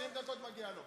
20 דקות מגיעות לו.